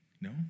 No